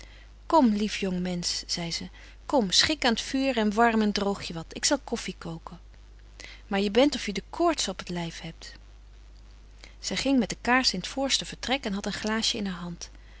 kom lief jong mensch zei ze kom schik aan t vuur en warm en droog je wat ik zal koffy koken betje wolff en aagje deken historie van mejuffrouw sara burgerhart maar je bent of je de koorts op t lyf hebt zy ging met de kaars in t voorste vertrek en hadt een glaasje in haar hand